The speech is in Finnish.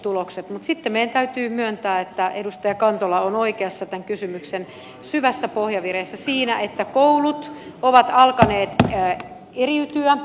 mutta sitten meidän täytyy myöntää että edustaja kantola on oikeassa tämän kysymyksen syvässä pohjavireessä siinä että koulut ovat alkaneet eriytyä